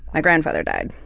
my grandfather died,